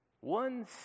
One